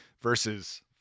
versus